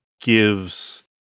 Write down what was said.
gives